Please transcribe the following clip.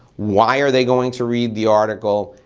why are they going to read the article,